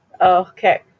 Okay